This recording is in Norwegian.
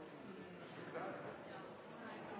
er der